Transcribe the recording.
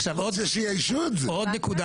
עוד נקודה